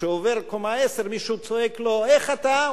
וכשהוא עובר את קומה 10 מישהו צועק לו: איך אתה?